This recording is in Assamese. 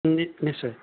নিশ্চয়